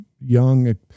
young